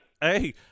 Hey